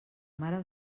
mare